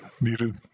needed